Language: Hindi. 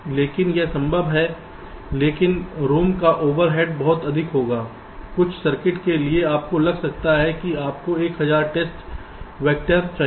लेकिन यह संभव है लेकिन ROM का ओवरहेड बहुत अधिक होगा कुछ सर्किट के लिए आपको लग सकता है कि आपको 1000 टेस्ट वैक्टर चाहिए